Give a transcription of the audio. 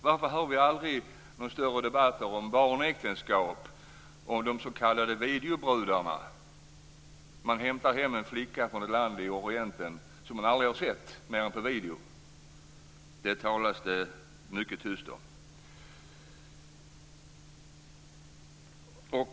Varför hör vi aldrig några större debatter om barnäktenskap, om de s.k. videobrudarna? Man hämtar hem en flicka från ett land i Orienten som man aldrig har sett annat än på video. Detta talas det mycket tyst om.